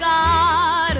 God